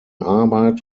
arbeit